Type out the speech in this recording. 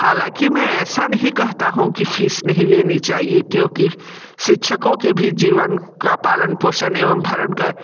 हालाँकि मैं ऐसा नहीं कहता हूँ की फ़ीस नहीं लेनी चाहिए क्योंकि शिक्षकों के भी जीवन का पालन पोषण एवम भरण कर